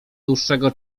dłuższego